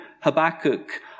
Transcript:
Habakkuk